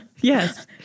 Yes